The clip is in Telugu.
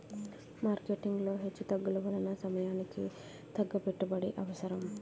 మార్కెటింగ్ లో హెచ్చుతగ్గుల వలన సమయానికి తగ్గ పెట్టుబడి అవసరం